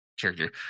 character